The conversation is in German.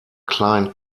klein